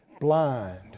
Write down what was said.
blind